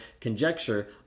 conjecture